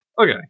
Okay